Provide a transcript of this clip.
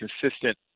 consistent